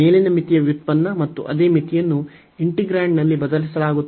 ಮೇಲಿನ ಮಿತಿಯ ವ್ಯುತ್ಪನ್ನ ಮತ್ತು ಅದೇ ಮಿತಿಯನ್ನು ಇಂಟಿಗ್ರಾಂಡ್ನಲ್ಲಿ ಬದಲಿಸಲಾಗುತ್ತದೆ